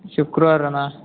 ಶುಕ್ರವಾರನ